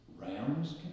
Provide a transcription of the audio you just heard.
Rams